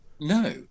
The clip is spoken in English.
No